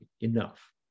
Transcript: enough